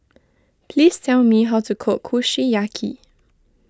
please tell me how to cook Kushiyaki